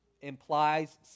implies